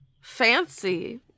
Fancy